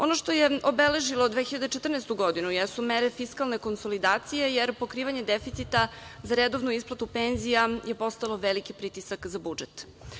Ono što je obeležilo 2014. godinu jesu mere fiskalne konsolidacije, jer pokrivanje deficita za redovnu isplatu penzija je postalo veliki pritisak za budžet.